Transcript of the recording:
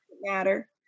matter